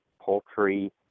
poultry